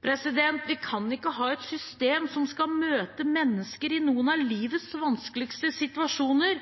Vi kan ikke ha et system som skal møte mennesker i noen av livets vanskeligste situasjoner,